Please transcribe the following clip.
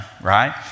right